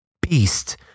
beast